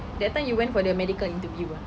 that time you went for the medical interview ah